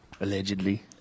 Allegedly